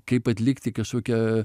kaip atlikti kažkokią